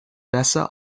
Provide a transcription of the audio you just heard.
besser